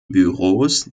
büros